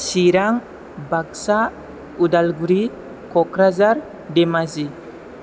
Chirang Baksa Udalguri Kokrajhar Dhemaji